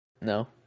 no